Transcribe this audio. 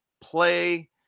play